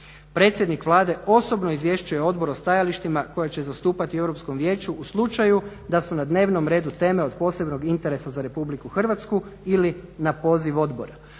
Predsjednik Vlade osobno izvješćuje Odbor o stajalištima koja će zastupati u Europskom vijeću u slučaju da su na dnevnom redu teme od posebnog interesa za Republiku Hrvatsku ili na poziv Odbora.".